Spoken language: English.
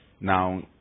now